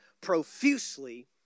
profusely